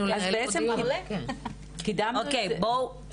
אוקי, בואו.